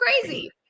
crazy